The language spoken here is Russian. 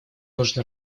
нужно